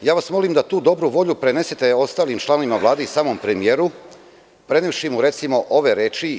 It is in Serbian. Molim vas da tu dobru volju prenesete ostalim članovima Vlade i samom premijeru, prenevši mu, recimo, ove reči